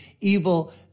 evil